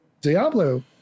Diablo